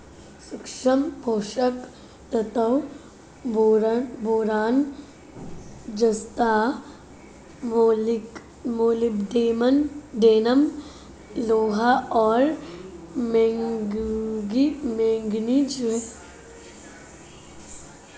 सूक्ष्म पोषक तत्व बोरान जस्ता मोलिब्डेनम लोहा और मैंगनीज हैं